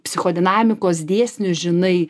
psichodinamikos dėsnių žinai